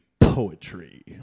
poetry